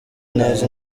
neza